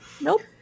Nope